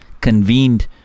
convened